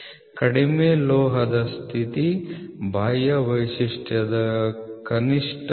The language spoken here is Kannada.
ಕಡಿಮೆ ಲೋಹದ ಸ್ಥಿತಿ ಬಾಹ್ಯ ವೈಶಿಷ್ಟ್ಯದ ಕನಿಷ್ಠ ಮಿತಿ